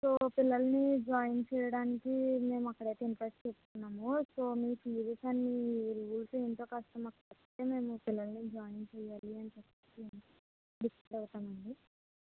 so పిల్లల్ని join చేయడానికి మేము అక్కడైతే ఇంట్రస్ట్ చూపిస్తున్నాము సో మీ ఫీస్ అండ్ మీ రూల్స్ ఏంటో కాస్త మాకు చెప్తే మేము పిల్లల్ని జాయిన్ చెయ్యాలి అని చెప్పి మేము డిసైడ్ అవుతామండి